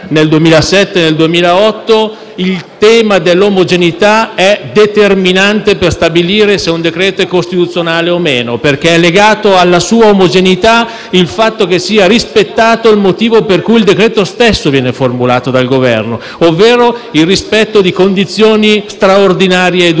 nel 2007 e nel 2008, il tema dell'omogeneità è determinante per stabilire se un decreto-legge è costituzionale o no, perché è legata alla sua omogeneità la motivazione per cui il decreto stesso viene formulato dal Governo, ovvero la presenza di condizioni straordinarie ed urgenti.